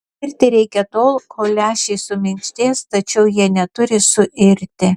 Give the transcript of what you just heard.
virti reikia tol kol lęšiai suminkštės tačiau jie neturi suirti